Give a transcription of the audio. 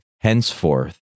Henceforth